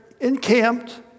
encamped